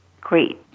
Great